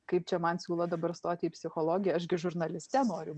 kaip čia man siūlo dabar stoti į psichologiją aš gi žurnaliste noriu